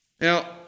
Now